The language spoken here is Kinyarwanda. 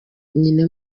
wenyine